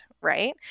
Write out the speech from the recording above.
right